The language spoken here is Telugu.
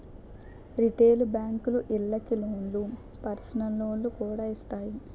రిటైలు బేంకులు ఇళ్ళకి లోన్లు, పర్సనల్ లోన్లు కూడా ఇత్తాయి